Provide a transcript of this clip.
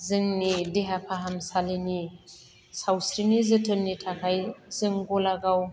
जोंनि देहा फाहामसालिनि सावस्रिनि जोथोननि थाखाय जों गलागाव